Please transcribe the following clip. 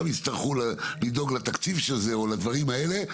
יצטרכו לדאוג לתקציב של זה או לדברים כאלה,